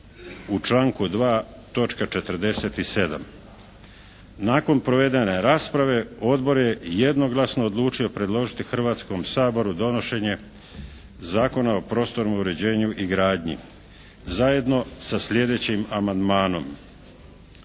u članku 2. točka 47. Nakon provedene rasprave Odbor je jednoglasno odlučio predložiti Hrvatskom saboru donošenje Zakona o prostornom uređenju i gradnji zajedno sa sljedećim amandmanom.